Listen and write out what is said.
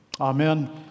Amen